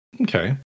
Okay